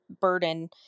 burden